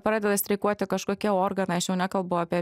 pradeda streikuoti kažkokie organai aš jau nekalbu apie